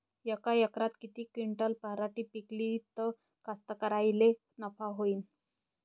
यका एकरात किती क्विंटल पराटी पिकली त कास्तकाराइले नफा होईन?